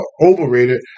overrated